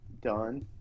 done